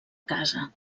casa